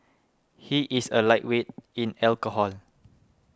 he is a lightweight in alcohol